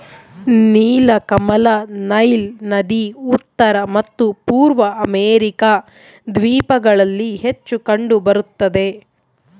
ನೀಲಕಮಲ ನೈಲ್ ನದಿ ಉತ್ತರ ಮತ್ತು ಪೂರ್ವ ಅಮೆರಿಕಾ ದ್ವೀಪಗಳಲ್ಲಿ ಹೆಚ್ಚು ಕಂಡು ಬರುತ್ತದೆ